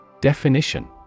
Definition